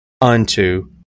unto